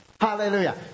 Hallelujah